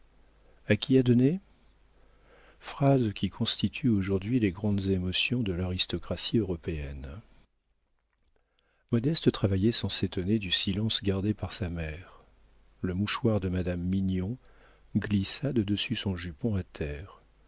a qui à donner phrases qui constituent aujourd'hui les grandes émotions de l'aristocratie européenne modeste travaillait sans s'étonner du silence gardé par sa mère le mouchoir de madame mignon glissa de dessus son jupon à terre